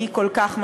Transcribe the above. היא כל כך משמעותית.